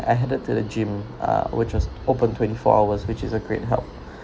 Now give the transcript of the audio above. headed to the gym ah which is open twenty four hours which is a great help